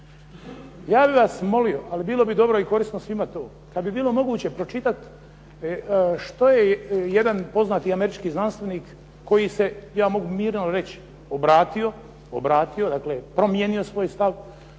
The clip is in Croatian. Ja bih vas molio, ali bilo bi dobro i korisno svima to kada bi bilo moguće pročitati što je jedan američki znanstvenik koji se ja mogu mirno reći, obratio, promijenio svoj stav,